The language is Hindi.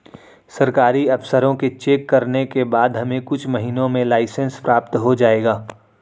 सरकारी अफसरों के चेक करने के बाद हमें कुछ महीनों में लाइसेंस प्राप्त हो जाएगा